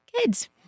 kids